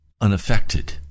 unaffected